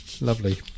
Lovely